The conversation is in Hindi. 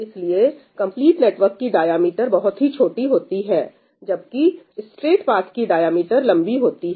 इसलिए कंप्लीट नेटवर्क की डायमीटर बहुत ही छोटी होती है जबकि स्ट्रेट पाथ की डायमीटर लंबी होती है